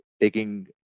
taking